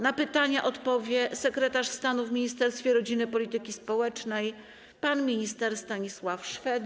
Na pytania odpowie sekretarz stanu w Ministerstwie Rodziny i Polityki Społecznej pan minister Stanisław Szwed.